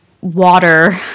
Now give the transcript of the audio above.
water